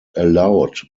aloud